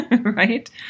right